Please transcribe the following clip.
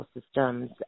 systems